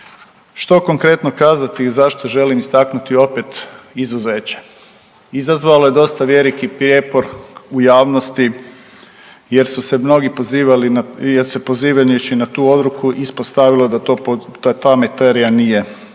Što konkretno kazati zašto želim istaknuti opet izuzeće? Izazvalo je dosta veliki prijepor u javnosti jer su se mnogi pozivali na, jer se pozivajući na tu odluku ispostavilo da ta materija nije definirana